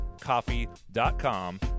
coffee.com